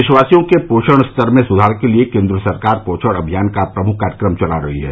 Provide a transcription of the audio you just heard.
देशवासियों के पोषण स्तर में सुधार के लिए केन्द्र सरकार पोषण अभियान का प्रमुख कार्यक्रम चला रही है